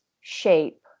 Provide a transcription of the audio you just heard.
shape